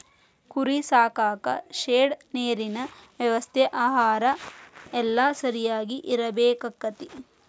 ಕುರಿ ಸಾಕಾಕ ಶೆಡ್ ನೇರಿನ ವ್ಯವಸ್ಥೆ ಆಹಾರಾ ಎಲ್ಲಾ ಸರಿಯಾಗಿ ಇರಬೇಕಕ್ಕತಿ